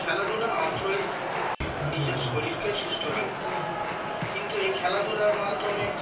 খেলাধুলা মাত্রই নিজের শরীরকে সুস্থ রাখা কিন্তু এই খেলাধুলার মাধ্যমে